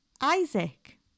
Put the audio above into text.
Isaac